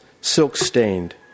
silk-stained